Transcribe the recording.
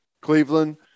Cleveland